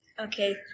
Okay